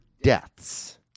deaths